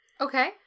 Okay